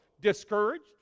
discouraged